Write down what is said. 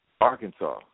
Arkansas